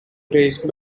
praised